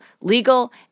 legal